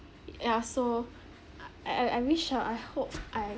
yeah so I I I wish ah I hope I